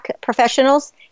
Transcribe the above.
professionals